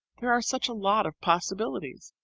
there are such a lot of possibilities.